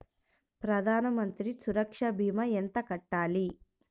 ప్రధాన మంత్రి సురక్ష భీమా ఎంత కట్టాలి?